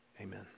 Amen